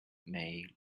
may